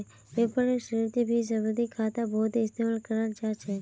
व्यापारेर क्षेत्रतभी सावधि खाता बहुत इस्तेमाल कराल जा छे